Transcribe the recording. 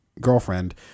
girlfriend